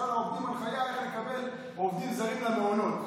שלחה לעובדים הנחיה לקבל עובדים זרים למעונות.